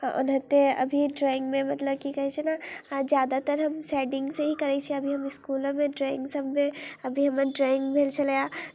ओनाहिते अभी ड्रॉइंगमे मतलब की कहै छै ने ज्यादातर हम शेडिंगसँ ही करै छी अभी हम इस्कुलोमे ड्रॉइंग सभमे अभी हमर ड्रॉइंग भेल छलै तऽ